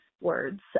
words